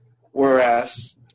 Whereas